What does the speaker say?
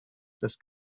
des